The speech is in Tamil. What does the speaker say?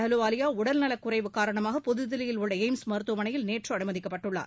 அலுவாலியா உடல்நலக் குறைவு காரணமாக புதுதில்லியில் உள்ள எய்ம்ஸ் மருத்துவமனையில் நேற்று அனுமதிக்கப்பட்டுள்ளார்